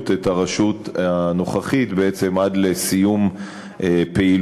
את הרשות הנוכחית בעצם עד לסיום פעילותה,